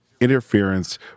Interference